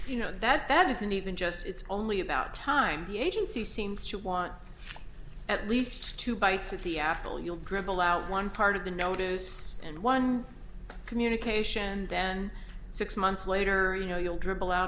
you know that that isn't even just it's only about time the agency seems to want at least two bites at the apple you'll dribble out one part of the notice and one communication and then six months later you know you'll dribble out